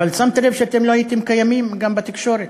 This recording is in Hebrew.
אבל שמת לב שאתם לא הייתם קיימים גם בתקשורת?